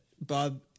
Bob